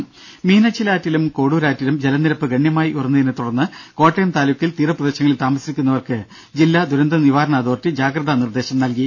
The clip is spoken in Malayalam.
ദേദ മീനച്ചിലാറ്റിലും കൊടൂരാറ്റിലും ജലനിരപ്പ് ഗണ്യമായി ഉയർന്നതിനെത്തുടർന്ന് കോട്ടയം താലൂക്കിൽ തീരപ്രദേശങ്ങളിൽ താമസിക്കുന്നവർക്ക് കോട്ടയം ജില്ലാ ദുരന്തനിവാരണ അതോറിറ്റി ജാഗ്രതാ നിർദേശം നൽകി